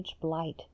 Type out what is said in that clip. blight